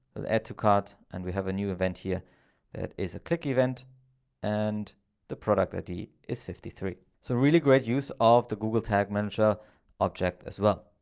add to cart and we have a new event here that is a click event and the product id is fifty three. so really great use of the google tag manager object as well.